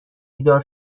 بیدار